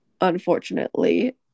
unfortunately